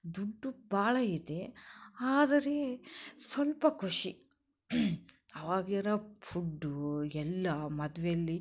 ದುಡ್ಡು ಭಾಳ ಇದೆ ಆದರೆ ಸ್ವಲ್ಪ ಖುಷಿ ಅವಾಗಿರೊ ಫುಡ್ಡು ಎಲ್ಲ ಮದ್ವೆಯಲ್ಲಿ